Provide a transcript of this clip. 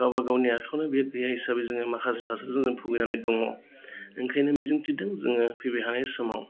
गावबागावनि आखाइआवनो बियो गैया हिसाबै जोङो माखासे थासारिजों जोङो भुगिनानै दङ ओंखायनो मिजिंथिदों जोङो फैबायथानाय समाव